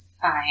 fine